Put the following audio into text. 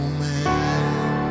man